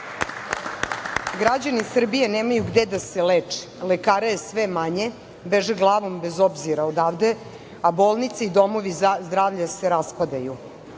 tamo. Građani Srbije nemaju gde da se leče. Lekara je sve manje, beže glavom bez obzira odavde, a bolnice i domovi zdravlja se raspadaju.